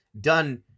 done